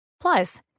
Plus